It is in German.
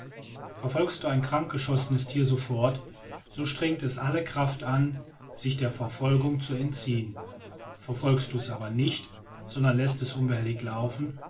verfolgst du ein krank geschossenes tier sofort so strengt es alle kraft an sich der verfolgung zu entziehen verfolgst du es aber nicht sondern lässet es unbehellig laufen